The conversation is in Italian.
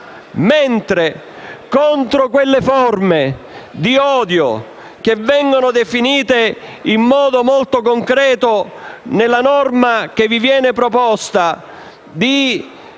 Invece, contro quelle forme di odio che vengono definite in modo molto concreto nella norma che vi viene proposta,